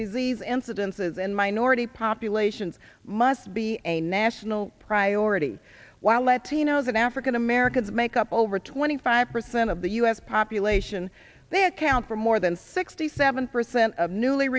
disease incidences in minority populations must be a national priority while letting you know that african americans make up over twenty five percent of the u s population they account for more than sixty seven percent of newly